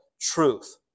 truth